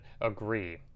agree